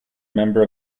member